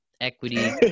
equity